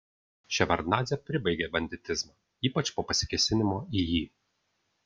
ševardnadzė pribaigė banditizmą ypač po pasikėsinimo į jį